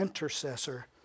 intercessor